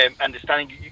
understanding